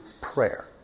prayer